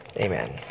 amen